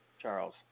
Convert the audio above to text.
Charles